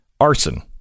arson